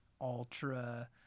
ultra